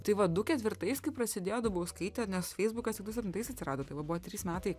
tai va du ketvirtais kai prasidėjo dubauskaitė nes feisbukas du septintais atsirado tai va buvo trys metai